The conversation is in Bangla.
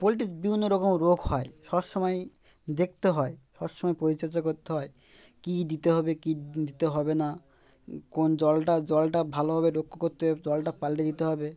পোল্ট্রি বিভিন্ন রকম রোগ হয় সব সব সময় দেখতে হয় সব সময় পরিচর্যা করতে হয় কী দিতে হবে কী দিতে হবে না কোন জলটা জলটা ভালোভাবে রক্ষ করতে হবে জলটা পাল্টে দিতে হবে